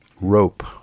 rope